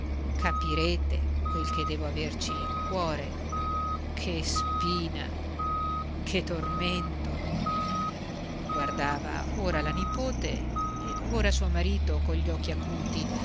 capirete quel che devo averci in cuore che spina che tormento guardava ora la nipote ed ora suo marito cogli occhi acuti